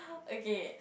okay